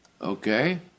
okay